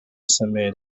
symud